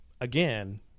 again